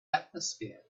atmosphere